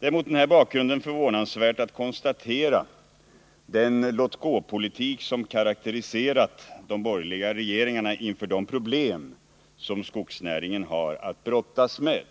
Det är mot den här bakgrunden förvånansvärt att konstatera den låtgåpolitik som karakteriserat de borgerliga regeringarna inför de problem som skogsnäringen har att brottas med.